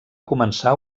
començar